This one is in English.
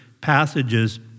passages